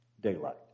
daylight